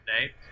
today